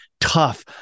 tough